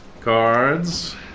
Cards